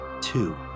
two